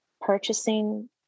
purchasing